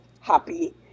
happy